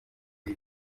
iyi